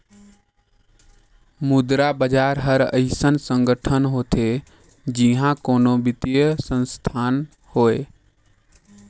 मुद्रा बजार हर अइसन संगठन होथे जिहां कोनो बित्तीय संस्थान होए